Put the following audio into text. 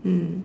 mm